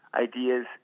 ideas